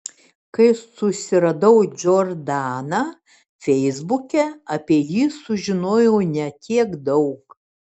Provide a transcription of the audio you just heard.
kai susiradau džordaną feisbuke apie jį sužinojau ne tiek daug